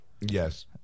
Yes